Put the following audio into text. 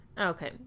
Okay